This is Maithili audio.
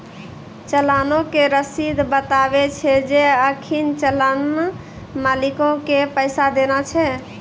चलानो के रशीद बताबै छै जे अखनि चलान मालिको के पैसा देना छै